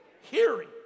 hearing